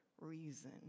reason